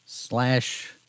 slash